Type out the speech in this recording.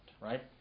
Right